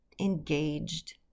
engaged